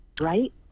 right